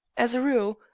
as a rule,